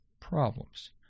problems